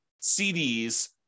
CDs